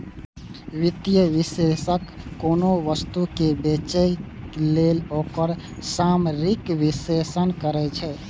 वित्तीय विश्लेषक कोनो वस्तु कें बेचय लेल ओकर सामरिक विश्लेषण करै छै